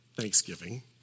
Thanksgiving